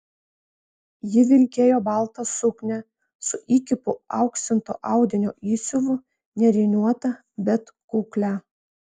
ji vilkėjo baltą suknią su įkypu auksinto audinio įsiuvu nėriniuotą bet kuklią